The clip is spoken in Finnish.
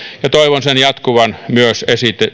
ja toivon sen jatkuvan myös